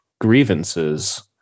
Grievances